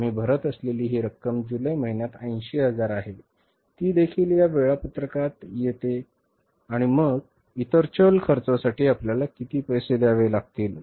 आम्ही भरत असलेली ही रक्कम जुलै महिन्यात 80000 आहे ती देखील या वेळापत्रकातून येत आहे आणि मग इतर चल खर्चासाठी आपल्याला किती पैसे द्यावे लागतील